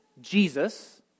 Jesus